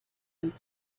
and